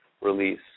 release